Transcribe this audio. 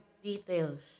details